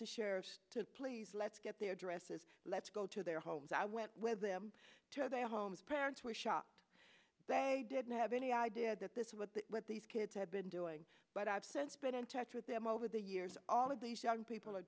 the sheriff to please let's get their addresses let's go to their homes i went with them to their homes parents were shocked they didn't have any idea that this was what these kids have been doing but i've since been in touch with them over the years all of these young people are